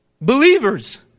believers